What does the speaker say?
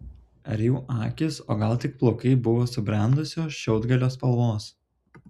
ar jų akys o gal tik plaukai buvo subrendusio šiaudgalio spalvos